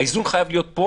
האיזון חייב להיות פה,